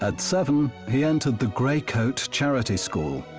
and seven, he entered the grey coat charity school,